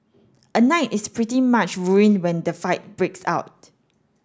a night is pretty much ruined when the fight breaks out